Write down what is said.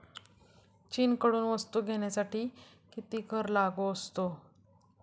चीनकडून वस्तू घेण्यासाठी किती कर लागू असतो?